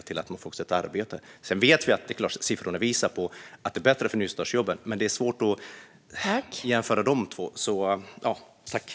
Visst visar siffrorna att nystartsjobben går bättre, men det är svårt att jämföra dessa två.